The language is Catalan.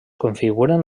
configuren